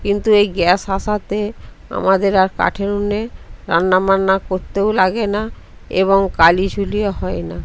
কিন্তু এই গ্যাস আসাতে আমাদের আর কাঠের উনুনে রান্নাবান্না করতেও লাগে না এবং কালিঝুলিও হয় না